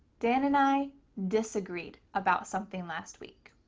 dan and i disagreed about something last week.